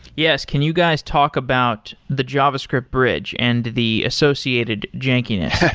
yes. can you guys talk about the javascript bridge and the associated jenkiness?